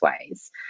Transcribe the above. ways